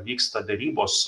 vyksta derybos